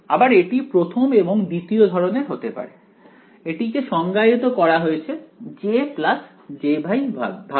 আবার এটি প্রথম এবং দ্বিতীয় ধরনের হতে পারে এটিকে সংজ্ঞায়িত করা হয়েছে J jY ভাবে